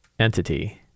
entity